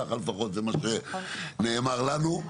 זה לפחות מה שנאמר לנו.